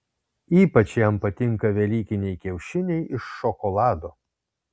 ypač jam patinka velykiniai kiaušiniai iš šokolado